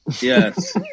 Yes